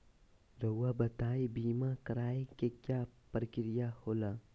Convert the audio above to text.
रहुआ बताइं बीमा कराए के क्या प्रक्रिया होला?